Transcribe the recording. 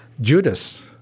Judas